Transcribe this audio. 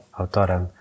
autorem